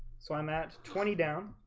so i'm at twenty down